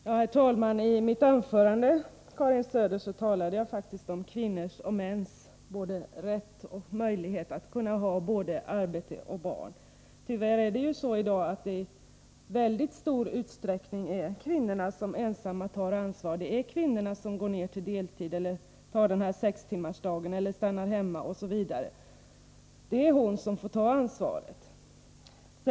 Herr talman! Jag talade faktiskt i mitt anförande, Karin Söder, om kvinnors och mäns rätt och möjlighet att ha både arbete och barn. Tyvärr är det ju så i dag att det i mycket stor utsträckning är kvinnorna som ensamma tar ansvar. Det är kvinnorna som går ner till deltid, tar sex timmars arbetsdag, stannar hemma osv. Det är kvinnan som får ta ansvaret.